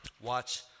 watch